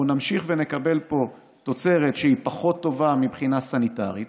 אנחנו נמשיך ונקבל פה תוצרת שהיא פחות טובה מבחינה סניטרית,